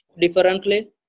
differently